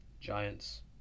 Giants